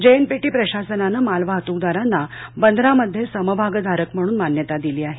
JNPT प्रशासनानं मालवाहतूकदारांना बंदरामध्ये समभागधारक म्हणून मान्यता दिली आहे